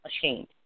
ashamed